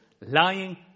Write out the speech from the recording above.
lying